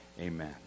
amen